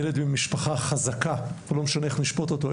ילד ממשפחה חזקה ולא משנה איך נשפוט אותו,